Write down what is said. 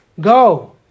Go